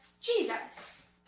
jesus